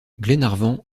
glenarvan